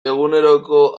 eguneroko